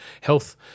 health